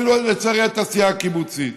לצערי אפילו התעשייה הקיבוצית.